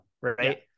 Right